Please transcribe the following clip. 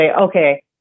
okay